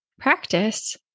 practice